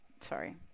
sorry